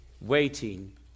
waiting